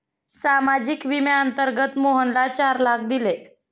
सामाजिक विम्याअंतर्गत मोहनला चार लाख दिले